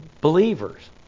believers